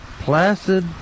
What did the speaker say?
placid